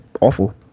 awful